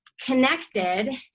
connected